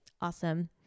Awesome